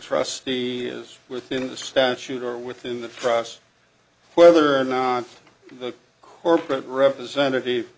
trustee is within the statute or within the process whether or not the corporate representative